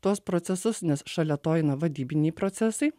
tuos procesus nes šalia to eina vadybiniai procesai